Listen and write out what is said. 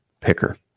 picker